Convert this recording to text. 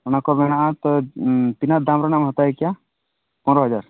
ᱚᱱᱟ ᱠᱚ ᱢᱮᱱᱟᱜᱼᱟ ᱛᱚ ᱛᱤᱱᱟᱹᱜ ᱫᱟᱢ ᱨᱮᱭᱟᱢ ᱦᱟᱛᱟᱭ ᱠᱮᱭᱟ ᱯᱚᱱᱚᱨᱳ ᱦᱟᱡᱟᱨ